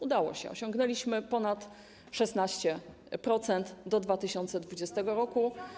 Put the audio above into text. Udało się, osiągnęliśmy ponad 16% do 2020 r.